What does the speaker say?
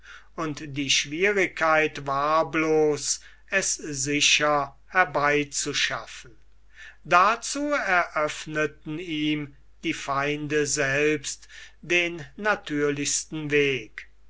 und die schwierigkeit war bloß es sicher herbeizuschaffen dazu eröffneten ihm die feinde selbst den natürlichsten weg